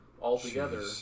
Altogether